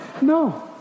No